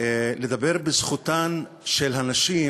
לדבר על זכותן של הנשים,